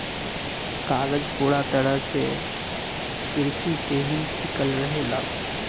कागज पूरा तरह से किरसी पे ही टिकल रहेला